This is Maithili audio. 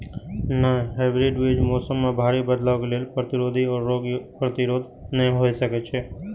हाइब्रिड बीज मौसम में भारी बदलाव के लेल प्रतिरोधी और रोग प्रतिरोधी हौला